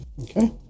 Okay